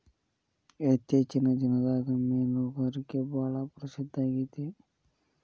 ಇತ್ತೇಚಿನ ದಿನದಾಗ ಮೇನುಗಾರಿಕೆ ಭಾಳ ಪ್ರಸಿದ್ದ ಆಗೇತಿ